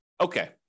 okay